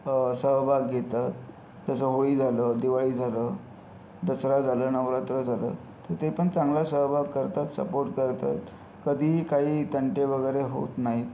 सहभाग घेतात तसं होळी झालं दिवाळी झालं दसरा झालं नवरात्र झालं तर ते पण चांगला सहभाग करतात सपोर्ट करतात कधीही काहीही तंटे वगैरे होत नाहीत